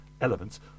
elements